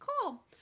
cool